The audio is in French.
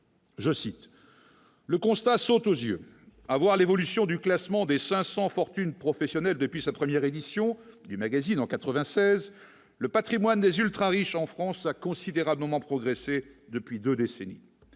Je cite le constat saute aux yeux, à voir l'évolution du classement des 500 fortunes professionnelles depuis sa première édition du magazine en 96, le Patrimoine des ultra-riches en France a considérablement progressé depuis 2 décennies,